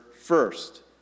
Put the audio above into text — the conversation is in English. first